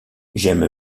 j’aime